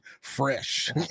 fresh